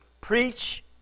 Preach